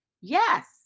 Yes